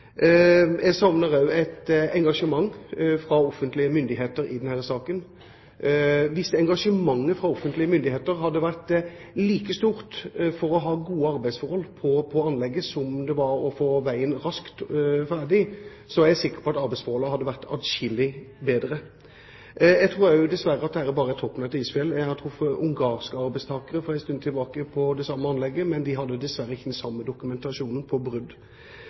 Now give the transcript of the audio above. Jeg savner et engasjement fra offentlige myndigheter i denne saken. Hvis engasjementet fra offentlige myndigheter hadde vært like stort på det å ha gode arbeidsforhold på anlegget som det var på å få veien raskt ferdig, er jeg sikker på at forholdene hadde vært atskillig bedre. Jeg tror dessverre at dette bare er toppen av isfjellet. Jeg har for en tid tilbake truffet ungarske arbeidstakere på det samme anlegget, men de hadde dessverre ikke den samme dokumentasjonen på brudd.